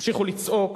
תמשיכו לצעוק,